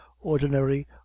ordinary